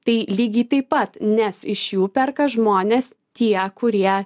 tai lygiai taip pat nes iš jų perka žmonės tie kurie